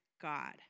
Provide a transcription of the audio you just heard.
God